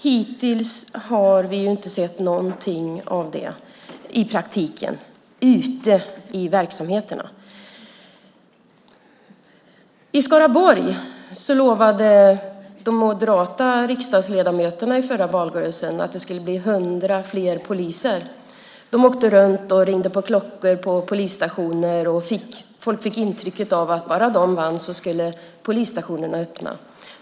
Hittills har vi inte sett någonting av det i praktiken ute i verksamheterna. De moderata riksdagsledamöterna lovade i förra valrörelsen att det skulle bli 100 fler poliser i Skaraborg. De åkte runt och ringde på klockor på polisstationer. Folk fick intrycket att om de bara vann skulle polisstationerna öppna.